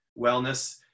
wellness